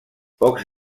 pocs